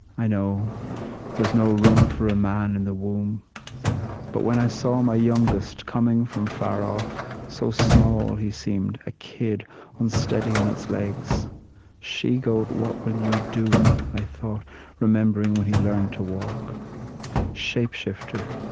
i know there's no room for a man in the womb but when i saw my youngest coming from far off so small he seemed, a kid unsteady on its legs she-goat what will you do? i thought remembering when he learned to walk shape shifter!